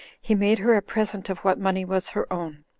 he made her a present of what money was her own,